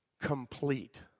complete